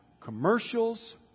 commercials